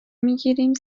میگیریم